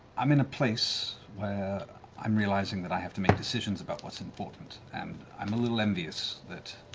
i'm in a place where i'm realizing that i have to make decisions about what's important, and i'm a little envious that